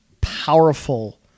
powerful